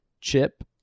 Chip